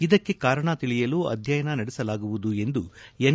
ಇದಕ್ಕೆ ಕಾರಣ ತಿಳಿಯಲು ಅಧ್ಯಯನ ನಡೆಸಲಾಗುವುದು ಎಂದು ಎನ್